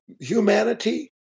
humanity